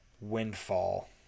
Windfall